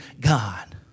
God